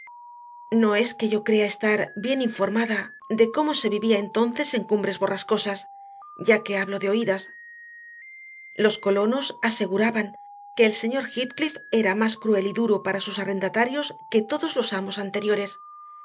no es que yo crea estar bien informada de cómo se vivía entonces en cumbres borrascosas ya que hablo de oídas los colonos aseguraban que el señor heathcliff era más cruel y duro para sus arrendatarios que todos los amos anteriores